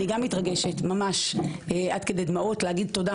אני גם מתרגשת ממש עד כדי דמעות להגיד תודה